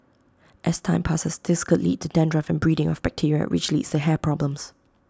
as time passes this could lead to dandruff and breeding of bacteria which leads to hair problems